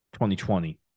2020